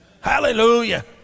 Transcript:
Hallelujah